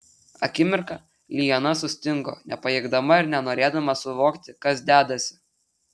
akimirką liana sustingo nepajėgdama ir nenorėdama suvokti kas dedasi